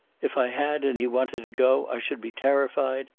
if i had, and he wanted to go, i should be terrified,